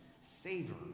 Savor